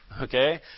Okay